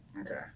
Okay